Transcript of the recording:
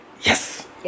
yes